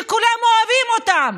שכולם אוהבים אותם,